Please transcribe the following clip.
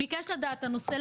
ביקש לדעת את הנושא,